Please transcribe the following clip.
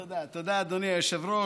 תודה, אדוני היושב-ראש.